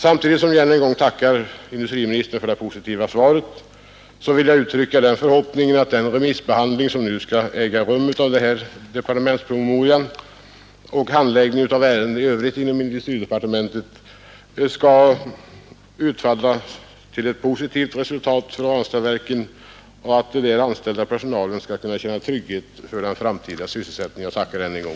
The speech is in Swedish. Samtidigt som jag än en gång tackar industriministern för det positiva svaret vill jag uttrycka den förhoppningen, att den remissbehandling som nu skall äga rum av den här departementspromemorian och handläggningen i övrigt inom industridepartementet utfaller positivt för Ranstadsverkets del samt att den där anställda personalen skall kunna känna trygghet för den framtida sysselsättningen.